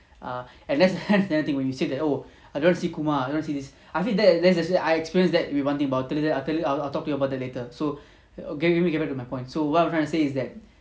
err and that's that's another thing when you say that oh I don't want to see kumar I don't want see this I feel that there's actually I experience that one thing but I'll tell you I'll tell you I'll talk to you about that later so okay let me get back to my point so what I'm trying to say is that